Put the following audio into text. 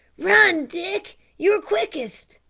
run, dick, you're quickest.